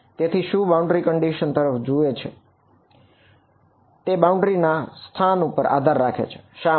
તેથી શું તે બાઉન્ડ્રી કન્ડિશન ના સ્થાન ઉપર આધાર રાખે છે શા માટે